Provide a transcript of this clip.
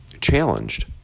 challenged